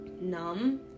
numb